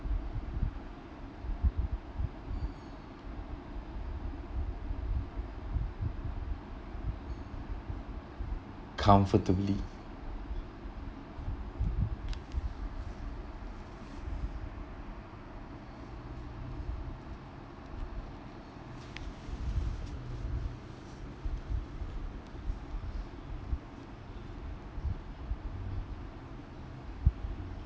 comfortably